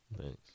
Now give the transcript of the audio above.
Thanks